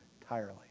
entirely